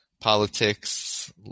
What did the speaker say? Politics